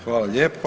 Hvala lijepa.